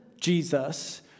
Jesus